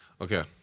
Okay